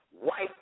white